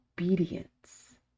obedience